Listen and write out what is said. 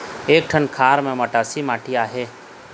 एक ठन खार म मटासी माटी आहे?